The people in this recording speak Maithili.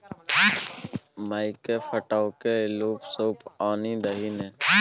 मकई फटकै लए सूप आनि दही ने